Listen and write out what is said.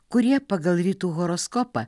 kurie pagal rytų horoskopą